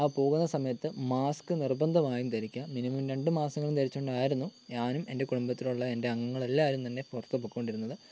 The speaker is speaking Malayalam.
ആ പോകുന്ന സമയത്ത് മാസ്ക് നിർബന്ധമായും ധരിക്കണം മിനിമം രണ്ട് മാസ്ക് എങ്കിലും ധരിച്ചിട്ടുണ്ടായിരുന്നു ഞാനും എൻ്റെ കുടുംബത്തിലുള്ള എൻ്റെ അംഗങ്ങളെല്ലാവരും തന്നെ പുറത്ത് പൊക്കോണ്ടിരുന്നത്